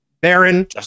Baron